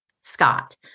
Scott